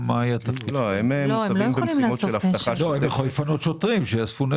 הם יכולים להחליף שוטרים.